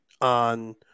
on